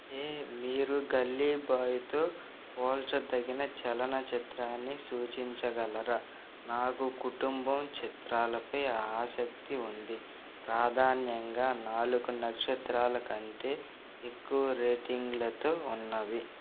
హే మీరు గల్లీ బాయ్తో పోల్చదగిన చలన చిత్రాన్ని సూచించగలరా నాకు కుటుంబం చిత్రాలపై ఆసక్తి ఉంది ప్రాధాన్యంగా నాలుగు నక్షత్రాల కంటే ఎక్కువ రేటింగ్లతో ఉన్నవి